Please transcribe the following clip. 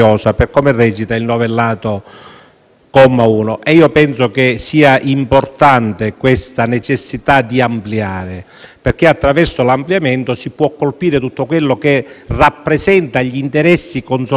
1. Io penso che sia importante la necessità di ampliare, perché attraverso l'ampliamento si può colpire tutto quello che rappresenta gli interessi consolidati della mafia nel campo del